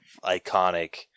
iconic